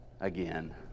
again